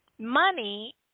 Money